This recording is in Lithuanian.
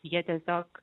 jie tiesiog